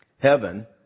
Heaven